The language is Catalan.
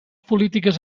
polítiques